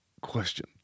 question